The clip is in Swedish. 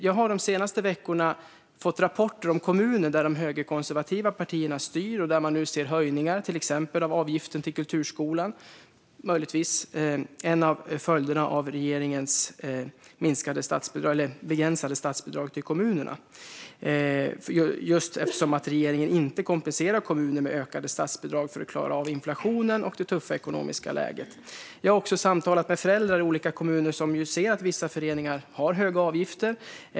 Jag har de senaste veckorna fått rapporter från kommuner där de högerkonservativa partierna styr och där man nu ser höjningar av till exempel avgiften till kulturskolan, något som möjligtvis är en av följderna av regeringens begränsade statsbidrag till kommunerna. Regeringen kompenserar ju inte kommunerna med ökade statsbidrag för att klara av inflationen och det tuffa ekonomiska läget. Jag har också samtalat med föräldrar i olika kommuner, och de ser ju att vissa föreningar har höga avgifter.